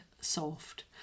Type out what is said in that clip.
soft